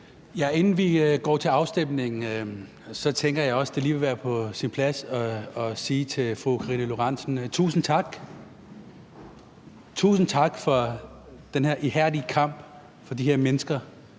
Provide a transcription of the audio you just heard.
Inden vi går til afstemning, tænkte jeg, at det lige ville være på sin plads at sige til fru Karina Lorentzen Dehnhardt: Tusind tak for den ihærdige kamp for de her mennesker,